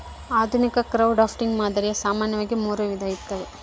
ಆಧುನಿಕ ಕ್ರೌಡ್ಫಂಡಿಂಗ್ ಮಾದರಿಯು ಸಾಮಾನ್ಯವಾಗಿ ಮೂರು ವಿಧ ಇರ್ತವ